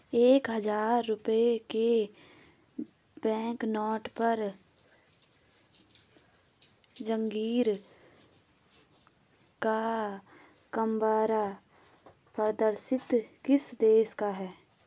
एक हजार रुपये के बैंकनोट पर जहांगीर का मकबरा प्रदर्शित किस देश का है?